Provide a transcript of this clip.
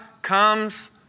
comes